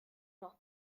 noch